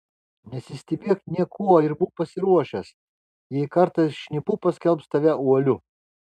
nesistebėk niekuo ir būk pasiruošęs jei kartais šnipu paskelbs tave uoliu